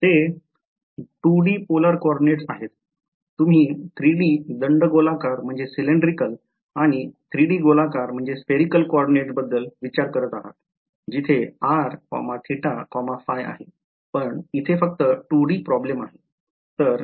ते 2 D polar coordinates आहेत तुम्ही 3D दंडगोलाकार आणि 3D गोलाकार कोऑर्डिनेट्स बद्दल विचार करत आहात जिथे आहे पण इथे फक्त 2D प्रॉब्लेम आहे